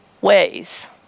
ways